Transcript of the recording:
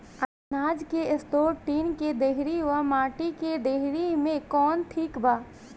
अनाज के store tin के डेहरी व माटी के डेहरी मे कवन ठीक बा?